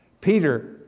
Peter